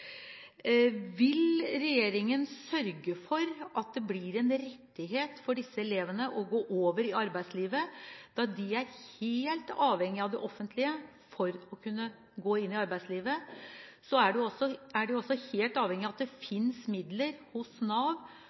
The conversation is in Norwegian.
Vil regjeringen sørge for at det blir en rettighet for disse elevene å gå over i arbeidslivet, da de er helt avhengige av det offentlige for å kunne gå inn i arbeidslivet? De er også helt avhengige av at det finnes midler hos Nav